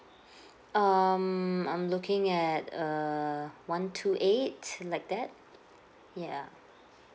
um I'm looking at err one two eight like that yeah